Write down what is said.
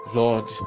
lord